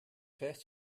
fährst